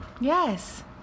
Yes